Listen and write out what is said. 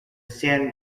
san